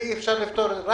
ואי אפשר לפתור את זה.